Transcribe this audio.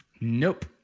Nope